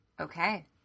Okay